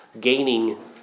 gaining